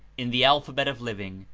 in the alphabet of living,